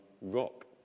rock